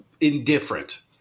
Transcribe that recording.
indifferent